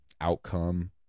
outcome